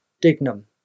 Dignum